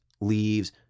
leaves